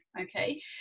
okay